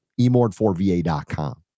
emord4va.com